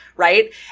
Right